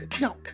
No